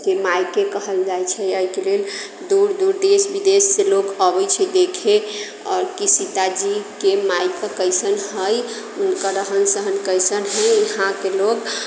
के मायके कहल जाइ छै एहि के लेल दूर दूर देश बिदेश से लोक अबै छै देखे आओर कि सीताजी के मायका कैसन हय उनकर रहन सहन कैसन हय इहाँ के लोग